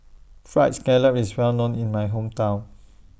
Fried Scallop IS Well known in My Hometown